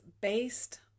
based